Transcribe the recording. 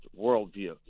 worldview